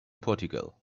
portugal